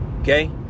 Okay